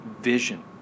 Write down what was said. vision